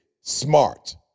Smart